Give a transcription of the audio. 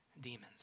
demons